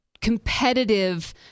competitive